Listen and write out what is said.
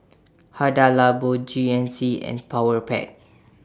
Hada Labo G N C and Powerpac